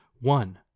One